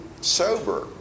sober